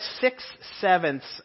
six-sevenths